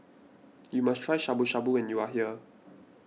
you must try Shabu Shabu when you are here